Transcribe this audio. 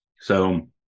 So-